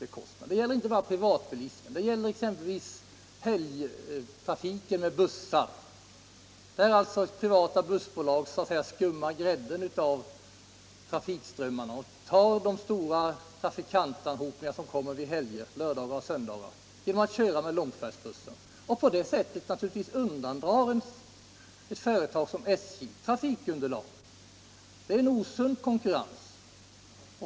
När det gäller t.ex. helgtrafiken med bussar skummar de privata bussbolagen grädden av trafikströmmarna. Genom långfärdsbussar tar dessa bolag upp de stora trafikanhopningarna vid helgerna. På det sättet undandras SJ ett trafikunderlag. Det är en osund konkurrens.